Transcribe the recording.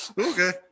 Okay